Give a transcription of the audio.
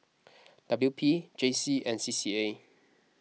W P J C and C C A